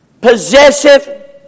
possessive